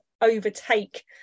overtake